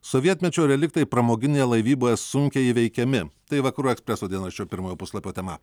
sovietmečio reliktai pramoginėje laivyboje sunkiai įveikiami tai vakarų ekspreso dienraščio pirmojo puslapio tema